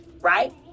Right